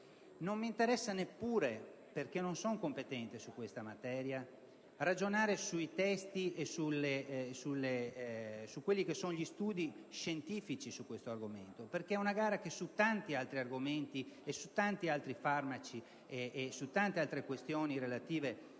Non mi interessa neppure, perché non sono competente su questa materia, ragionare sui testi e sugli studi scientifici sulla materia, perché su tanti altri argomenti, su tanti altri farmaci e su tante altre questioni relative